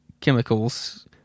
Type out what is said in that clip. chemicals